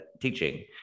teaching